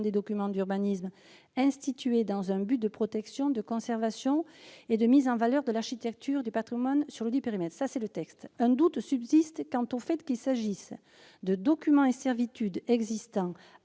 des documents d'urbanisme instituées dans un but de protection, de conservation et de mise en valeur de l'architecture et du patrimoine sur ledit périmètre ». Un doute subsiste quant au fait qu'il s'agisse des documents et servitudes existant